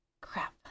crap